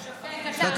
בבקשה.